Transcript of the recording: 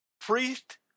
priest